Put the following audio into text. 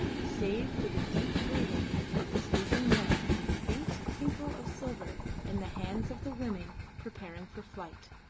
save for the deep breathing of the sleeping man and the faint tinkle of silver in the hands of the woman preparing for flight.